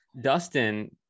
Dustin